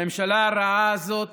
הממשלה הרעה הזאת